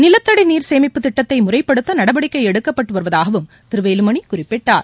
நிலத்தடி நீர் சேமிப்பு திட்டத்தை முறைப்படுத்த நடவடிக்கை எடுக்கப்பட்டு வருவதாகவும் திரு வேலுமணி குறிப்பிட்டார்